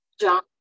John